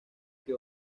que